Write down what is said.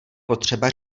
potřeba